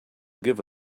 give